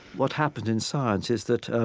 what happened in science is that, ah